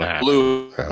blue